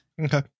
Okay